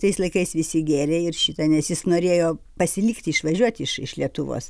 tais laikais visi gėrė ir šitą nes jis norėjo pasilikti išvažiuoti iš iš lietuvos